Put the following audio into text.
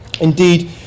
Indeed